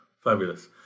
Fabulous